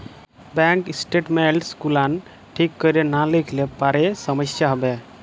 bank statements গুলান ঠিক ক্যরে লা লিখলে পারে সমস্যা হ্যবে